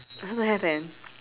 also don't have eh